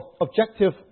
objective